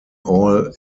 all